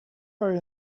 are